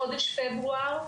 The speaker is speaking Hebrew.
חודש פברואר,